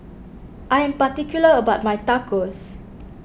I am particular about my Tacos